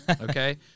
okay